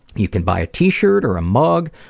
you can buy a t-shirt or a mug.